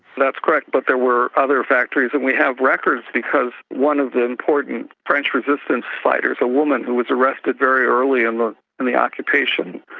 that's correct, but there were other factories, and we have records because one of the important french resistance fighters, a woman who was arrested very early in the in the occupation,